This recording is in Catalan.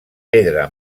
pedra